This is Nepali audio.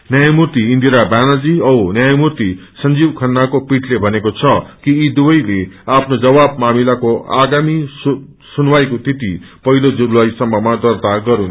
न्यायमूर्ति इन्दिरा व्यानर्जी औ न्यायमूर्ति संजीव खन्नाको पीठले भनेको छ कि यी दुवैले आफ्नो जवाब मामिलाको आगामी सुनवाईको तिथिको पहिलो जुलाईसम्ममा दर्ता गरून्